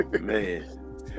Man